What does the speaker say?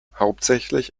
hauptsächlich